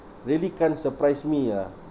really can't surprise me ah